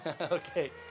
okay